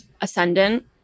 ascendant